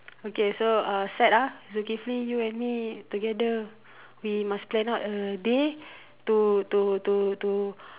okay so uh set ah Zukifli you and me together we must plan out a day to to to to